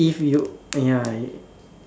if you ya you